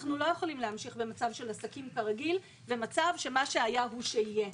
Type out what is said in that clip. אנחנו לא יכולים להמשיך במצב של עסקים כרגיל ומצב שמה שהיה הוא שיהיה.